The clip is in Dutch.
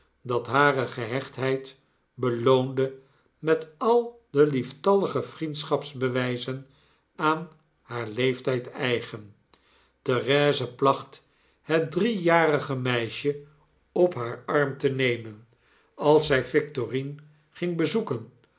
dat hare gehechtheid beloonde met ai de lieftallige vriendschapsbewijzen aan haar leeftijd eigen therese placht het driejarige meisje op haar arm te nemen als zij victorine ging bezoeken